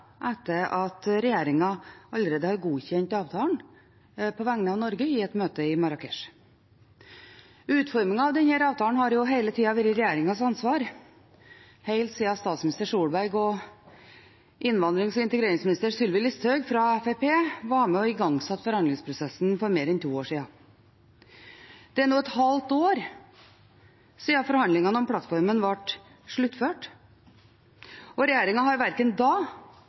etter at regjeringen allerede har godkjent avtalen på vegne av Norge i et møte i Marrakech. Utformingen av denne avtalen har jo hele tida vært regjeringens ansvar, helt siden statsminister Solberg og innvandrings- og integreringsminister Sylvi Listhaug fra Fremskrittspartiet var med og igangsatte forhandlingsprosessen for mer enn to år siden. Det er nå et halvt år siden forhandlingene om plattformen ble sluttført, og regjeringen har verken da